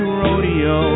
rodeo